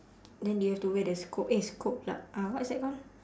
then they have to wear the scope eh scope pula uh what is that call